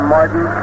Martin